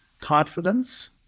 Confidence